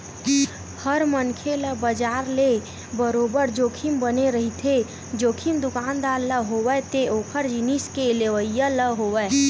हर मनखे ल बजार ले बरोबर जोखिम बने रहिथे, जोखिम दुकानदार ल होवय ते ओखर जिनिस के लेवइया ल होवय